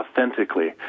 authentically